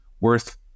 worth